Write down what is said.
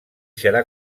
serà